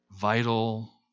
vital